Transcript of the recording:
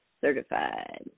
certified